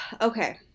okay